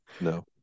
No